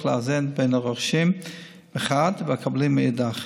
לאזן בין הרוכשים מחד והקבלנים מאידך,